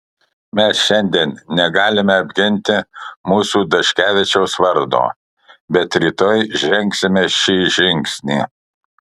mes šiandien negalime apginti mūsų daškevičiaus vardo bet rytoj žengsime šį žingsnį